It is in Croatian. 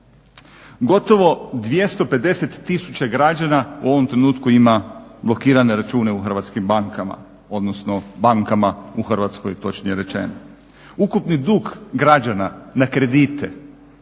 Gotovo 250 000 građana u ovom trenutku ima blokirane račune u hrvatskim bankama, odnosno bankama u Hrvatskoj točnije rečeno. Ukupni dug građana na kredite